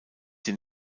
den